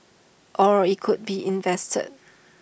or IT could be invested